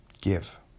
Give